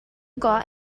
got